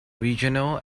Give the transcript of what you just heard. regional